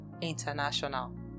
International